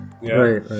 Right